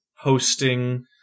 hosting